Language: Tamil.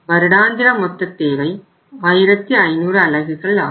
வருடாந்திர மொத்த தேவை 1500 அலகுகள் ஆகும்